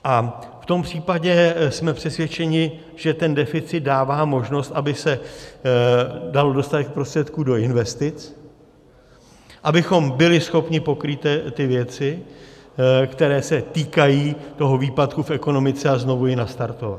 A v tom případě jsme přesvědčeni, že ten deficit dává možnost, aby se dal dostatek prostředků do investic, abychom byli schopni pokrýt ty věci, které se týkají toho výpadku v ekonomice, a znovu ji nastartovat.